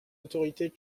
autorités